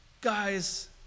guys